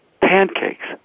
pancakes